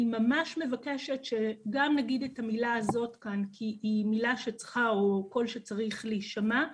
אני ממש מבקשת שגם נגיד את המילה הזאת כאן כי זה קול שצריך להישמע.